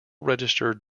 registered